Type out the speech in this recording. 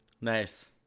Nice